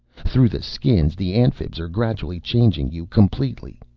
through the skins the amphibs are gradually changing you completely.